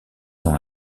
ans